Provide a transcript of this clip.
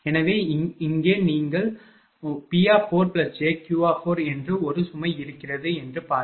எனவே இங்கே உங்கள் PjQ என்று ஒரு சுமை இருக்கிறது சரி